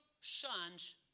sons